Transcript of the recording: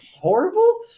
horrible